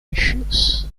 issues